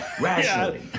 Rationally